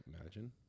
imagine